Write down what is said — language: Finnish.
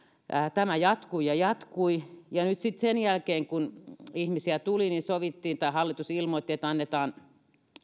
tämä jatkui ja jatkui ja nyt sitten sen jälkeen kun ihmisiä tuli hallitus ilmoitti että annetaan